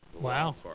Wow